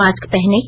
mask पहनें